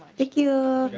thank you.